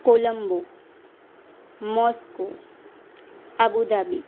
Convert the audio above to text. Colombo Moscow Abu Dhabi